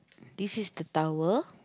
this is the tower